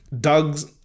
Doug's